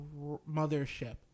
mothership